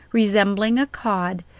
resembling a cod,